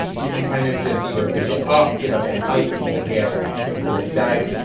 you can kind of just either push it up, give a bit of height into the hair, you can pull it down,